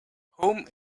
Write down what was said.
home